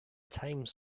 tame